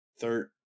third